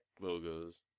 logos